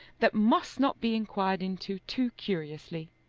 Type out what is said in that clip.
that must not be inquired into too curiously.